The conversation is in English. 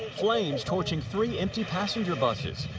flames torching three empty passenger buses,